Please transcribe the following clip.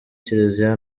kiliziya